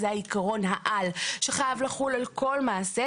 זה העיקרון העל שחייב לחול על כל מעשה.